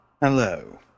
hello